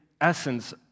essence